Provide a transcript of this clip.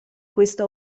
questo